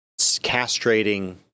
castrating